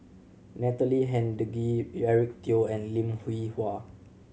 Natalie Hennedige Eric Teo and Lim Hwee Hua